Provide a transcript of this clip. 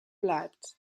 bleibt